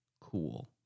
cool